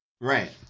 right